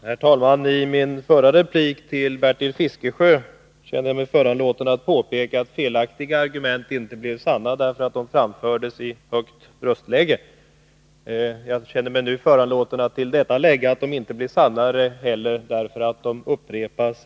Herr talman! I min förra replik till Bertil Fiskesjö kände jag mig föranlåten att påpeka att felaktiga argument inte blev sanna därför att de framfördes med ett högt röstläge. Jag känner mig föranlåten att till detta lägga att de inte heller blir sannare därför att de upprepas.